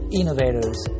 innovators